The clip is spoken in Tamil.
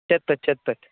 சேத்பட் சேத்பட்